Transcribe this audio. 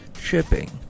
shipping